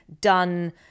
done